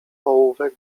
ołówek